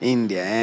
India